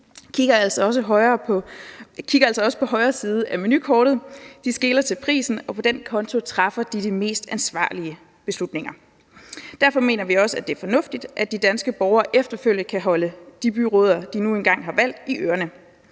kigger altså også på højre side af menukortet. De skeler til prisen, og på den konto træffer de de mest ansvarlige beslutninger. Derfor mener vi også, at det er fornuftigt, at de danske borgere efterfølgende kan holde de byrødder, de nu engang har valgt, i ørerne.